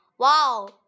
Wow